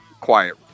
quiet